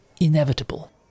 inevitable